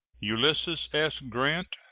ulysses s. grant,